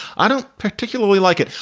i don't particularly like it.